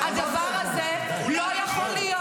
הדבר הזה לא יכול להיות.